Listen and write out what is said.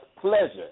pleasure